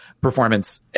performance